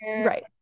right